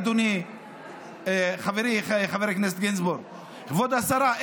אדוני חבר הכנסת גינזבורג וכבוד השרה.